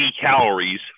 calories